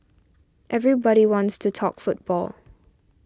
everybody wants to talk football